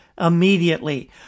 immediately